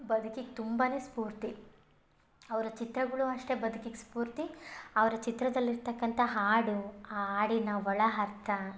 ಬದುಕಿಗೆ ತುಂಬಾ ಸ್ಫೂರ್ತಿ ಅವರ ಚಿತ್ರಗಳು ಅಷ್ಟೆ ಬದ್ಕಿಗೆ ಸ್ಫೂರ್ತಿ ಅವರ ಚಿತ್ರದಲ್ಲಿ ಇರತಕ್ಕಂತ ಹಾಡು ಆ ಹಾಡಿನ ಒಳಅರ್ಥ